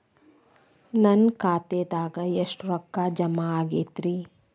ನನ್ನ ಖಾತೆದಾಗ ಎಷ್ಟ ರೊಕ್ಕಾ ಜಮಾ ಆಗೇದ್ರಿ?